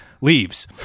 Leaves